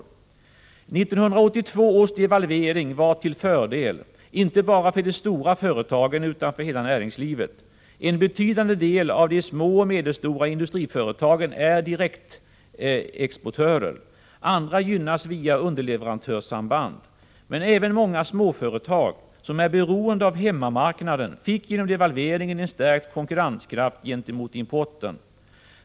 1982 års devalvering var till fördel inte bara för de stora företagen utan även för hela näringslivet. En betydande del av de små och medelstora industriföretagen är direktexportörer. Andra gynnas via underleverantörssamband. Men även många småföretag som är beroende av hemmamarknaden fick genom devalveringen en stärkt konkurrenskraft gentemot importen.